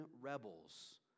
rebels